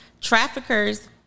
traffickers